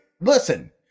listen